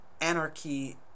anarchy